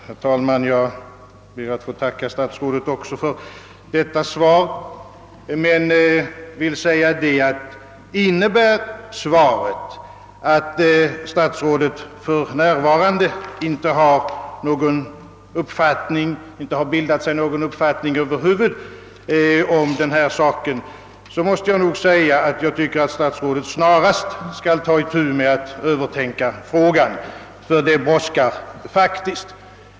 Herr talman! Jag ber att få tacka statsrådet också för detta svar men vill säga, att innebär det att statsrådet för närvarande över huvud inte har bildat sig någon uppfattning i den här saken, så tycker jag att han snarast skall ta itu med att övertänka den — det brådskar faktiskt.